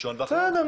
בסדר.